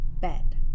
bed